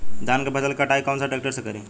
धान के फसल के कटाई कौन सा ट्रैक्टर से करी?